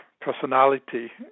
personality